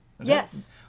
Yes